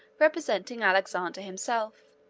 representing alexander himself,